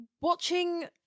watching